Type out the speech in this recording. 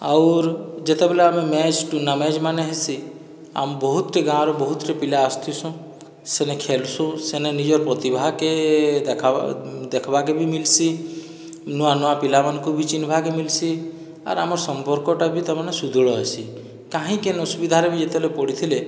ଆଉର୍ ଯେତେବେଲେ ଆମେ match tournament ମାନେ ହେସି ଆମ୍ ବହୁତଟି ଗାଁର ବହୁତଟି ପିଲା ଆସ୍ଥିସୁଁ ସେନେ ଖେଲ୍ସୁଁ ସେନେ ନିଜର ପ୍ରତିଭାକେ ଦେଖାବା ଦେଖ୍ବାକେ ବି ମିଲ୍ସି ନୂଆ ନୂଆ ପିଲାମାନଙ୍କୁ ବି ଚିହ୍ନିବାକେ ମିଲ୍ସି ଆର୍ ଆମର୍ ସମ୍ପର୍କଟା ବି ତାମାନେ ସୁଦୃଢ଼ ହେସି କାହିଁ କେନ୍ ଅସୁବିଧାରେ ବି ଯେତେବେଲେ ପଡ଼ିଥିଲେ